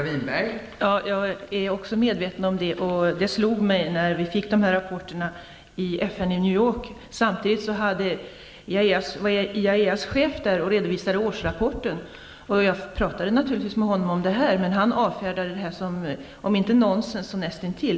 Fru talman! Jag är också medveten om detta. Det slog mig när vi fick dessa rapporter i FN i New York. Samtidigt var IAEA:s chef där och redovisade årsrapporten. Jag talade naturligtvis med honom om detta, han avfärdade detta som om inte nonsens så näst intill.